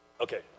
Okay